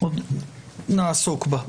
עוד נעסוק בה.